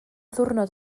ddiwrnod